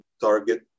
target